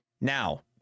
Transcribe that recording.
Now